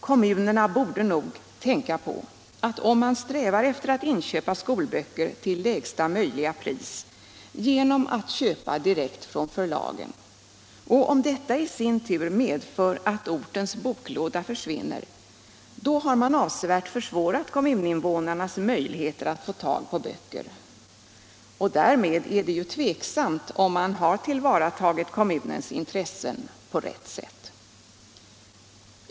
Kommunerna borde nog besinna att man, om man strävar efter att inköpa skolböcker till lägsta möjliga pris genom att köpa direkt från förlagen och detta i sin tur medför att ortens boklåda försvinner, har avsevärt försvårat kommuninvånarnas möjligheter att få tag i böcker. Därmed är det tveksamt om man har tillvaratagit kommunens intressen på rätt sätt.